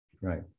right